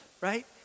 right